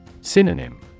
Synonym